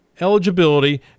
eligibility